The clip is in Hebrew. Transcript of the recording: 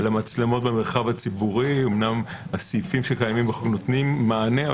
המצלמות במרחב הציבורי אמנם הסעיפים שקיימים בחוק נותנים מענה,